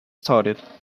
started